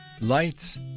Lights